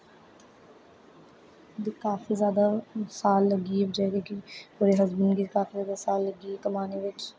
काफी जादा साल लग्गी गे बचारी गी ओह्दे हसबैंड गी काफी जादा साल लग्गी गे कमाने च